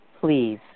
Please